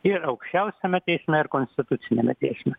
ir aukščiausiame teisme ir konstituciniame teisme